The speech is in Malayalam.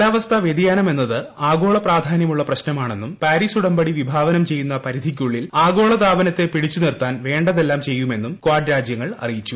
കാല്ദ്പ്പസ്ഥാ വൃതിയാനമെന്നത് ആഗോള പ്രാധാനൃമുള്ള പ്രശ്നമാണ്ഠെന്നു് പാരീസ് ഉടമ്പടി വിഭാവനം ചെയ്യുന്ന പരിധിക്കുള്ളിൽ ആഗോള താപനത്തെ പിടിച്ചുനിർത്താൻ വേണ്ടതെല്ലാം പ്ലെയ്യുമെന്നും കാഡ് രാജ്യങ്ങൾ അറിയിച്ചു